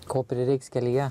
ko prireiks kelyje